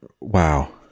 Wow